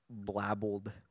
blabbled